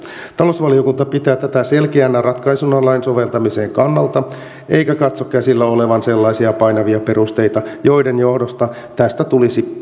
talousvaliokunta pitää tätä selkeänä ratkaisuna lain soveltamisen kannalta eikä katso käsillä olevan sellaisia painavia perusteita joiden johdosta tästä tulisi